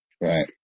Right